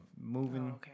moving